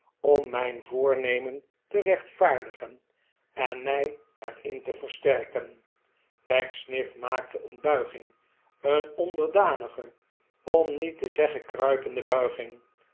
om mijn voornemen te rechtvaardigen en mij er in te versterken pecksniff maakte een buiging een onderdanige om niet te zeggen kruipende buiging